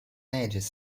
ages